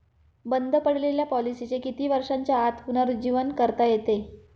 बंद पडलेल्या पॉलिसीचे किती वर्षांच्या आत पुनरुज्जीवन करता येते?